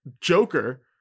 Joker